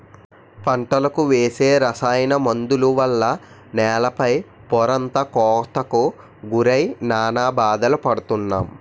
పంటలకు వేసే రసాయన మందుల వల్ల నేల పై పొరంతా కోతకు గురై నానా బాధలు పడుతున్నాం